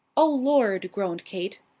oh, lord! groaned kate.